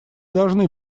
должны